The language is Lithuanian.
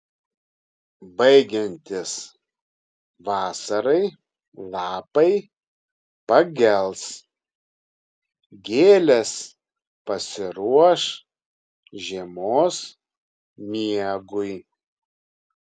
baigiantis vasarai lapai pagels gėlės pasiruoš žiemos miegui